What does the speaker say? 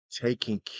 taking